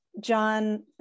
John